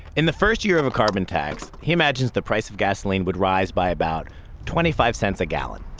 in the first year of a carbon tax, he imagines the price of gasoline would rise by about twenty five cents a gallon.